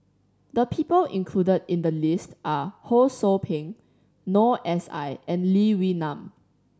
the people included in the list are Ho Sou Ping Noor S I and Lee Wee Nam